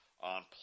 on